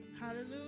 hallelujah